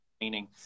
meaning